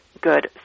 good